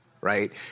right